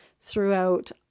throughout